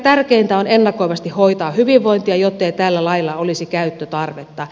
tärkeintä on ennakoivasti hoitaa hyvinvointia jottei tällä lailla olisi käyttötarvetta